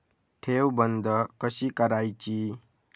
ठेव बंद कशी करायची?